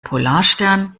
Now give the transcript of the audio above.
polarstern